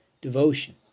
devotion